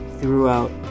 throughout